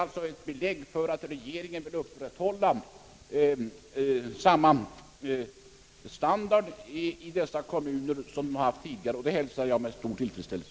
Detta bekräftar att regeringen vill upprätthålla samma standard i dessa kommuner som de haft tidigare, och jag hälsar det med tillfredsställelse.